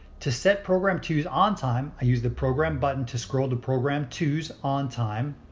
to set program two's on time, i use the program button to scroll to program twos on time.